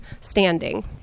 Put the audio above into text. standing